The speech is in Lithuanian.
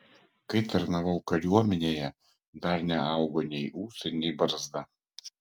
kai tarnavau kariuomenėje dar neaugo nei ūsai nei barzda